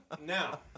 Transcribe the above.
Now